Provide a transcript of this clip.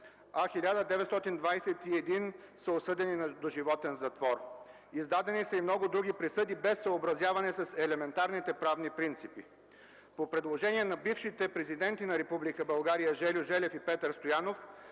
а 1921 са осъдени на доживотен затвор. Издадени са и много други присъди, без съобразяване с елементарните правни принципи. По предложение на бившите президенти на Република България Жельо Желев и Петър Стоянов